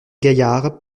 gaillard